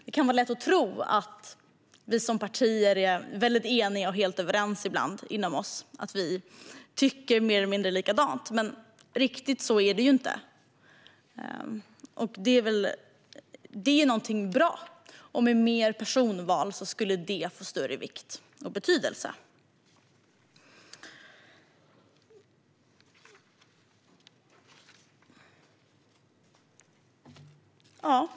Det kan vara lätt att tro att vi som partier alltid är eniga och överens och att alla i partiet tycker mer eller mindre likadant, men riktigt så är det inte. Det är något bra, och med mer personval skulle det få större vikt och betydelse.